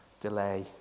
delay